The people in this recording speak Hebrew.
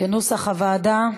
כנוסח הוועדה.